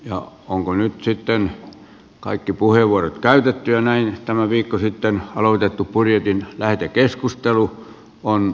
no onko nyt sitten kaikki puheenvuorot täytettyä näin tämä viikko sitten aloitettu budjetin lähetekeskustelu on